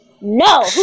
No